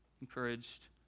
encouraged